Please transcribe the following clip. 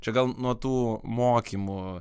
čia gal nuo tų mokymų